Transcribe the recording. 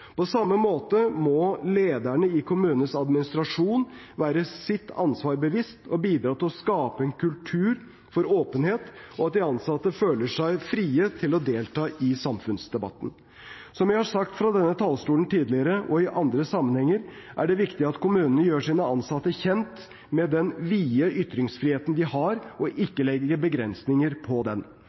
På samme måte må lederne i kommunens administrasjon være sitt ansvar bevisst og bidra til å skape en kultur for åpenhet og for at de ansatte føler seg fri til å delta i samfunnsdebatten. Som jeg har sagt fra denne talerstolen tidligere og i andre sammenhenger, er det viktig at kommunene gjør sine ansatte kjent med den vide ytringsfriheten de har, og ikke legger begrensninger på den.